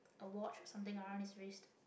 a watch or something around his wrist